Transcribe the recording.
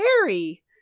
Harry